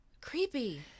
Creepy